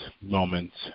moments